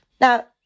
Now